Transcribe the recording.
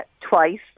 twice